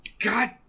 God